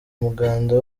umuganda